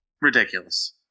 ridiculous